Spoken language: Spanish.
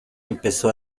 empezó